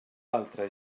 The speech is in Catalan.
altre